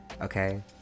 okay